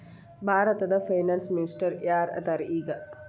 ಭಾರತದ finance minister ಯಾರ್ ಅದರ ಈಗ?